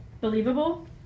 Believable